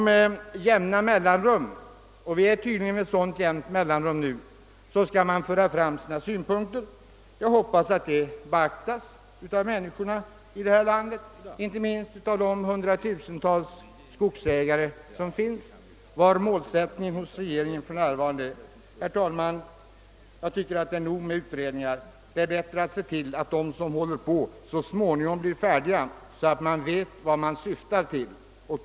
Med jämna mellanrum, och vi befinner oss tydligen där nu, skall man göra sina framstötar. Jag hoppas att människorna i detta land, inte minst de hundratusen tals skogsägarna, uppmärksammar regeringens mål. Herr talman! Jag tycker att det finns tillräckligt många utredningar och att det är bättre att se till att de som pågår blir färdiga så småningom, så att man vet vart de syftar. Herr talman!